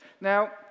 Now